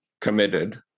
committed